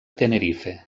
tenerife